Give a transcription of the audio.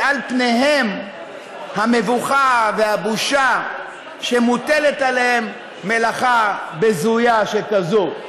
שעל פניהם המבוכה והבושה שמוטלת עליהם מלאכה בזויה שכזאת.